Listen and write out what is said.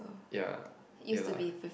ya ya lah